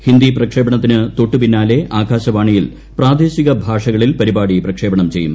ഹിന്ദി പ്രക്ഷേപണത്തിന് തൊട്ടുപിന്നാലെ ആകാശവാണിയിൽ പ്രാദേശിക ഭാഷകളിൽ പരിപാടി പ്രക്ഷേപണം ചെയ്യും